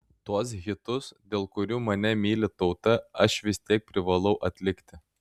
tuos hitus dėl kurių mane myli tauta aš vis tiek privalau atlikti